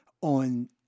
on